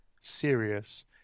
serious